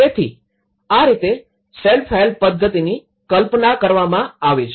તેથી આ રીતે સેલ્ફ હેલ્પ પદ્ધતિની કલ્પના કરવામાં આવી છે